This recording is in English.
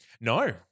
no